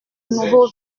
nouveau